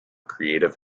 creative